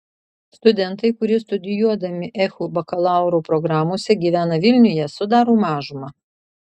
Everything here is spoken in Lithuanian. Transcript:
studentai kurie studijuodami ehu bakalauro programose gyvena vilniuje sudaro mažumą